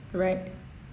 right